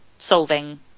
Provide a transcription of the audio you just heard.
solving